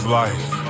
life